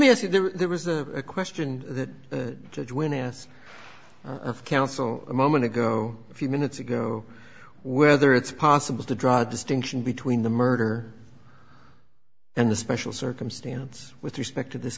me ask you there was a question that the judge when asked of counsel a moment ago a few minutes ago whether it's possible to draw a distinction between the murder and the special circumstance with respect to this